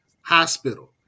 Hospital